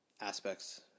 aspects